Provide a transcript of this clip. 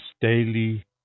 daily